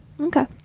Okay